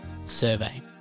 survey